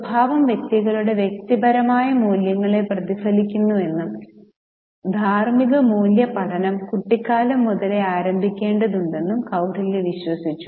സ്വഭാവം വ്യക്തികളുടെ വ്യക്തിപരമായ മൂല്യങ്ങളെ പ്രതിഫലിപ്പിക്കുന്നുവെന്നും ധാർമ്മിക മൂല്യ പഠനം കുട്ടിക്കാലം മുതലേ ആരംഭിക്കേണ്ടതുണ്ടെന്നും കൌടില്യ വിശ്വസിച്ചു